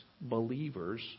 believers